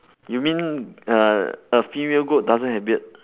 you mean a a female goat doesn't have beard